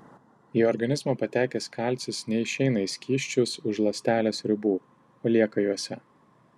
į organizmą patekęs kalcis neišeina į skysčius už ląstelės ribų o lieka jose